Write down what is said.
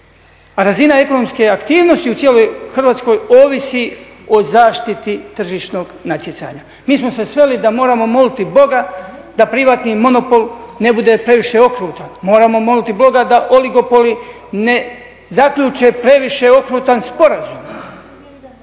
Razina ekonomske aktivnosti u cijeloj Hrvatskoj ovisi o zaštiti tržišnog natjecanja. Mi smo se sveli da moramo moliti Boga da privatni monopol ne bude previše okrutan. Moramo moliti Boga da oligopoli ne zaključe previše okrutan sporazum.